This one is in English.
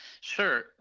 Sure